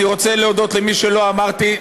אני רוצה להודות למי שלא אמרתי,